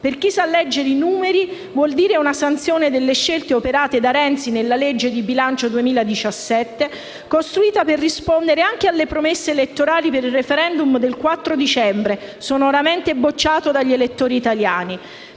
Per chi sa leggere i numeri, ciò significava una sanzione relativa alle scelte operate da Renzi nella legge di bilancio 2017, costruita per rispondere anche alle promesse elettorali per il *referendum* del 4 dicembre, sonoramente bocciato dagli elettori italiani.